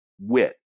wit